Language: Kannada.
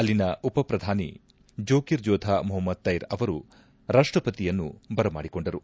ಅಲ್ಲಿನ ಉಪಪ್ರಧಾನಿ ಜೊಕಿರ್ಜೋಧ ಮೊಹಮದ್ ತೈರ್ ಅವರು ರಾಷ್ಪಪತಿಯನ್ನು ಬರಮಾಡಿಕೊಂಡರು